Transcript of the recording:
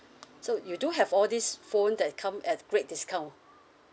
so you do have all these phone that it come at great discount